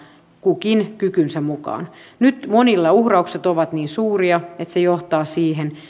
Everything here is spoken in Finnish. kukin kykynsä mukaan nyt monille uhraukset ovat niin suuria että se johtaa siihen